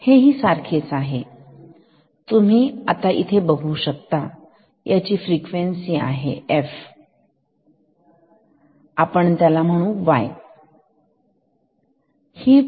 तर हेही सारखेच आहे तुम्ही आता इथे देऊ शकता f तर याची फ्रिक्वेन्सी आहे y